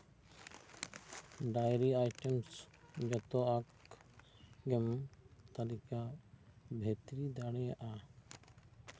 dairy items ᱡᱷᱚᱛᱚᱣᱟᱜ ᱜᱮᱢ ᱛᱟᱞᱤᱠᱟ ᱵᱷᱤᱛᱨᱤ ᱫᱟᱲᱮᱭᱟᱜᱼᱟ